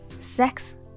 sex